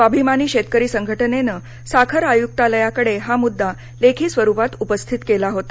स्वाभिमानी शेतकरी संघटनेनं साखर आयुक्तालयाकडे हा मुद्दा लेखी स्वरूपात उपस्थित केला होता